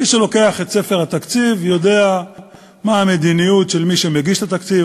מי שלוקח את ספר התקציב יודע מה המדיניות של מי שמגיש את התקציב,